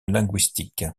linguistique